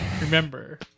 remember